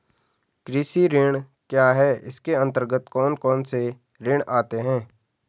कृषि ऋण क्या है इसके अन्तर्गत कौन कौनसे ऋण आते हैं?